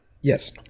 Yes